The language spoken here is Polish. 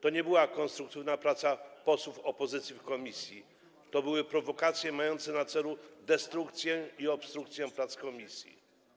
To nie była konstruktywna praca posłów opozycji w komisji, to były prowokacje mające na celu destrukcję i obstrukcję prac komisji.